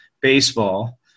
baseball